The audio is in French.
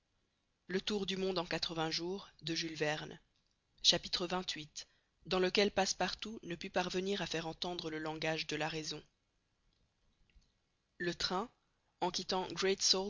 xxviii dans lequel passepartout ne put parvenir a faire entendre le langage de la raison le train en quittant